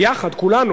ביחד כולנו,